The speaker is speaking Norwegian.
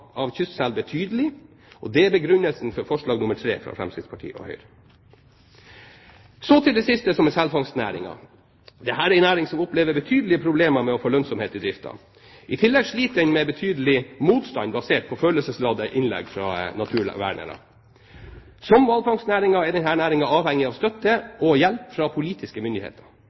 av kystsel betydelig. Dette er begrunnelsen for forslag nummer tre fra Fremskrittspartiet og Høyre. Så til det siste som er selfangstnæringen. Dette er en næring som opplever betydelige problemer med å få lønnsomhet i driften. I tillegg sliter den med betydelig motstand basert på følelsesladede innlegg fra naturvernere. Som hvalfangstnæringen er også denne næringen avhengig av støtte og hjelp fra politiske myndigheter.